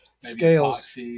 Scales